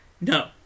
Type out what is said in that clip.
No